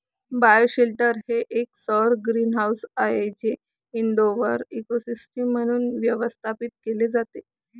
bioshelter हे एक सौर ग्रीनहाऊस आहे जे इनडोअर इकोसिस्टम म्हणून व्यवस्थापित केले जाते